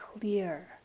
clear